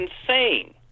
insane